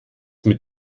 mit